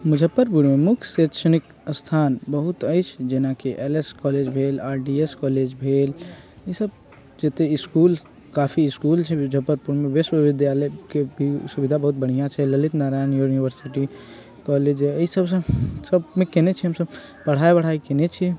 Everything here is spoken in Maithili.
मुजफ्फरपुरमे मुख्य शैक्षणिक स्थान बहुत अछि जेना कि एल एस कॉलेज भेल आर डी एस कॉलेज भेल ई सभ जत्ते इसकुल काफी इसकुल छै मुजफ्फरपुरमे विश्वविद्यालयके भी बहुत बढ़िआँ छै ललित नारायण यूनिवर्सिटी कॉलेज एहि सभसँ सभमे केने छी हम सभ पढ़ाइ वढ़ाइ केने छी